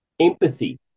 empathy